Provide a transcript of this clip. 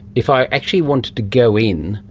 if i actually wanted to go in,